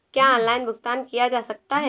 क्या ऑनलाइन भुगतान किया जा सकता है?